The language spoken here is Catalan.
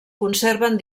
conserven